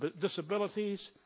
disabilities